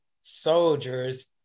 soldiers